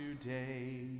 today